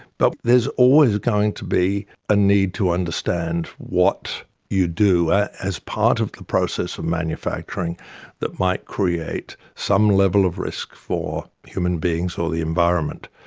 but there's always going to be a need to understand what you do as part of the process of manufacturing that might create some level of risk for human beings or the environment.